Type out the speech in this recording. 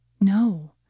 No